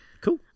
Cool